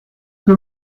que